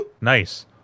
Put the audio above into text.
Nice